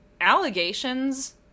allegations